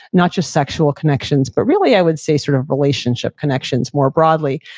not just sexual connections but really i would say sort of relationship connections more broadly.